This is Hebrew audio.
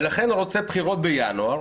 ולכן הוא רוצה בחירות בינואר.